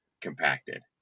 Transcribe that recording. compacted